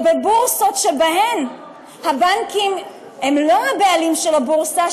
ובבורסות שבהן הבנקים הם לא הבעלים של הבורסה,